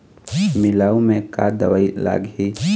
लिमाऊ मे का दवई लागिही?